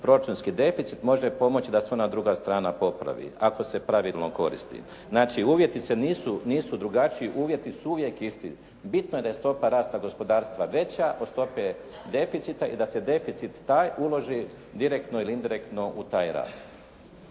proračunski deficit može pomoći da se ona druga strana popravi, ako se pravilno koristi. Znači, uvjeti nisu drugačiji, uvjeti su uvijek isti. Bitno je da je stopa rasta gospodarstva veća od stope deficita i da se deficit taj uloži direktno ili indirektno u taj rast.